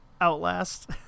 Outlast